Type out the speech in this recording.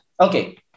Okay